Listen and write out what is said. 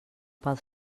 pel